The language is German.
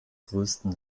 größten